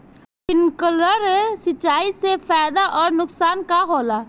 Sprinkler सिंचाई से फायदा अउर नुकसान का होला?